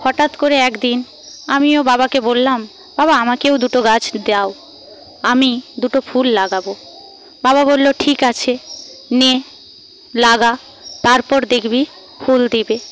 হঠাৎ করে একদিন আমিও বাবাকে বললাম বাবা আমাকেও দুটো গাছ দাও আমি দুটো ফুল লাগাবো বাবা বলল ঠিক আছে নে লাগা তারপর দেখবি ফুল দেবে